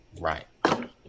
Right